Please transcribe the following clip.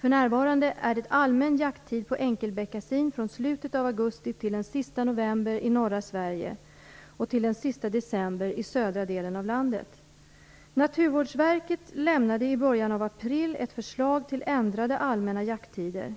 För närvarande är det allmän jakttid på enkelbeckasin från slutet av augusti till den sista november i norra Sverige, och till den sista december i södra delen av landet. Naturvårdsverket lämnade i början av april ett förslag till ändrade allmänna jakttider.